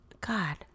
God